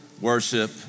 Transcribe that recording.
worship